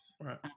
Right